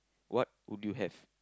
what would you have